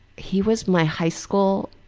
he was my high school